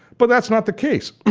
but that's not the case.